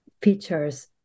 features